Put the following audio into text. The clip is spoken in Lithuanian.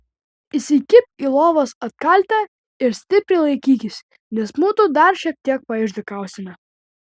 įsikibk į lovos atkaltę ir stipriai laikykis nes mudu dar šiek tiek paišdykausime